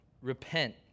repent